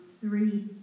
three